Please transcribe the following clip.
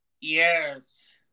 Yes